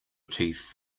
teeth